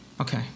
Okay